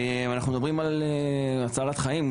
אנחנו מדברים על הצלת החיים,